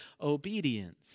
obedience